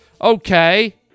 Okay